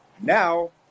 now